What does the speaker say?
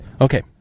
Okay